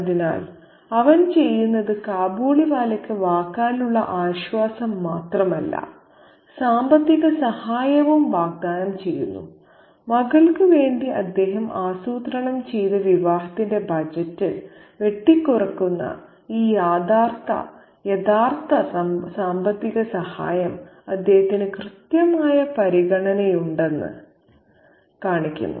അതിനാൽ അവൻ ചെയ്യുന്നത് കാബൂളിവാലയ്ക്ക് വാക്കാലുള്ള ആശ്വാസം മാത്രമല്ല സാമ്പത്തിക സഹായവും വാഗ്ദാനം ചെയ്യുന്നു മകൾക്ക് വേണ്ടി അദ്ദേഹം ആസൂത്രണം ചെയ്ത വിവാഹത്തിന്റെ ബജറ്റ് വെട്ടിക്കുറയ്ക്കുന്ന ഈ യഥാർത്ഥ സാമ്പത്തിക സഹായം അദ്ദേഹത്തിന് കൃത്യമായ പരിഗണനയുണ്ടെന്ന് കാണിക്കുന്നു